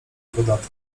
podatek